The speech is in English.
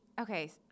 okay